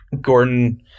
Gordon